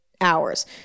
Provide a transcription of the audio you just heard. hours